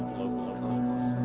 local economies.